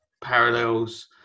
parallels